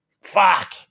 fuck